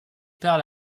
perd